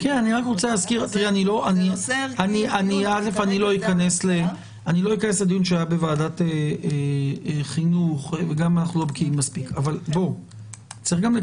אני לא אכנס לדיון שהיה בוועדת החינוך ואנחנו גם לא